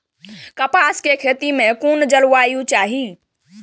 कपास के खेती में कुन जलवायु चाही?